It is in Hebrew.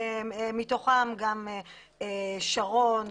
בתוכם גם שרון,